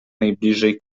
najbliżej